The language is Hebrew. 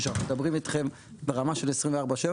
כשאנחנו מדברים איתכם ברמה של 24/7